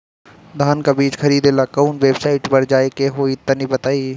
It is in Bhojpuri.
धान का बीज खरीदे ला काउन वेबसाइट पर जाए के होई तनि बताई?